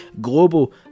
global